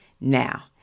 now